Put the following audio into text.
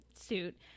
suit